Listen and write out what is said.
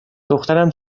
دخترم